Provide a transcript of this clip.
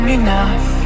enough